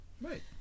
Right